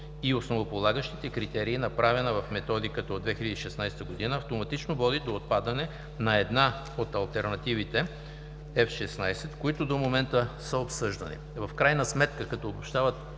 и основополагащите критерии, направена в Методиката от 2016 г., автоматично води до отпадане на една от алтернативите (F16), които до момента са обсъждани. В крайна сметка като обобщаващ